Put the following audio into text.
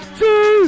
two